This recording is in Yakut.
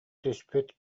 түспүт